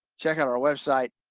check out our website,